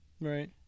Right